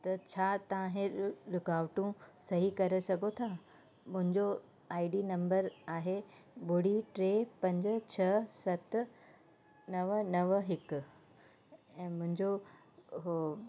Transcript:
त छा तव्हां इहे रुकावटूं सही करे सघो था मुंहिंजो आईडी नम्बर आहे ॿुड़ी टे पंज छह सत नव नव हिकु ऐं मुंहिंजो उहो